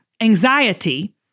anxiety